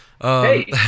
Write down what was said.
Hey